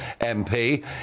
MP